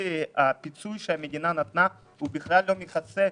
הפיצוי שהמדינה נתנה הוא לא מכסה,